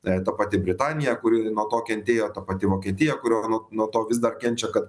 ta pati britanija kuri nuo to kentėjo ta pati vokietija kuri no nuo to vis dar kenčia kad